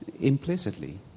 implicitly